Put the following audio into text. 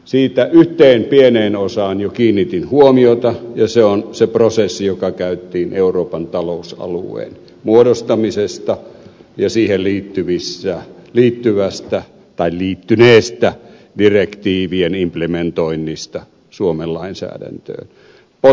siitä yhteen pieneen osaan jo kiinnitin huomiota ja se on se prosessi joka käytiin euroopan talousalueen muodostamisesta ja siihen liittyneestä direktiivien implementoinnista suomen lainsäädäntöön